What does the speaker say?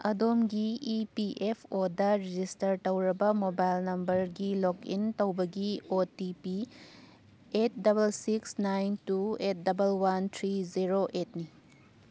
ꯑꯗꯣꯝꯒꯤ E P F O register ꯇꯧꯔꯕ mobile ꯅꯝꯕꯔꯒꯤ ꯂꯣꯛ ꯏꯟ ꯇꯧꯕꯒꯤ O T P eight double six nine two eight double one three zero ꯑꯦꯠꯅꯤ